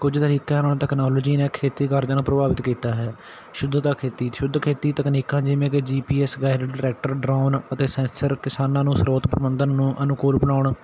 ਕੁਝ ਤਰੀਕਿਆਂ ਨਾਲ ਤਕਨੋਲੋਜੀ ਨੇ ਖੇਤੀ ਕਾਰਜਾਂ ਨੂੰ ਪ੍ਰਭਾਵਿਤ ਕੀਤਾ ਹੈ ਸ਼ੁੱਧਤਾ ਖੇਤੀ ਸ਼ੁੱਧ ਖੇਤੀ ਤਕਨੀਕਾਂ ਜਿਵੇਂ ਕਿ ਜੀ ਪੀ ਐੱਸ ਵੈਲਡ ਟਰੈਕਟਰ ਡਰੋਨ ਅਤੇ ਸੈਂਸਰ ਕਿਸਾਨਾਂ ਨੂੰ ਸਰੋਤ ਪ੍ਰਬੰਧਨ ਨੂੰ ਅਨੁਕੂਲ ਬਣਾਉਣ